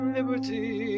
liberty